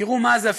תראו מה זה,